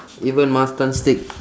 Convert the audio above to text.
even mutton steak